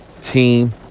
team